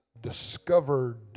discovered